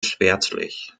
schwärzlich